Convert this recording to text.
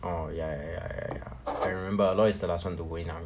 orh ya ya ya ya ya I remember ah loi is the last [one] to go in army